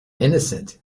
innocent